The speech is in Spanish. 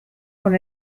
con